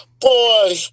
boy